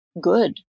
good